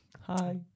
Hi